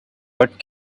what